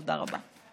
תודה רבה.